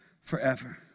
forever